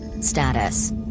Status